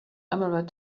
emerald